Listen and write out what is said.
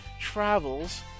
travels